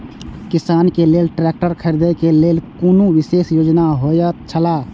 किसान के लेल ट्रैक्टर खरीदे के लेल कुनु विशेष योजना होयत छला?